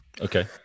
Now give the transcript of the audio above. Okay